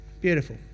Beautiful